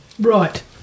right